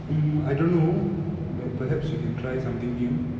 mm I don't know but perhaps we can try something new